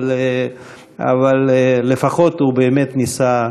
אבל לפחות הוא באמת ניסה,